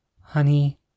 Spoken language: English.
Honey